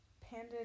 Panda